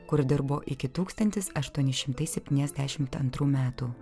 kur dirbo iki tūkstantis aštuoni šimtai septyniasdešimt antrų metų